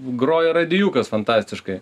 groja radijukas fantastiškai